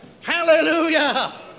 Hallelujah